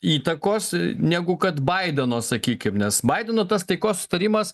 įtakos negu kad baideno sakykim nes baideno tas taikos sutarimas